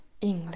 English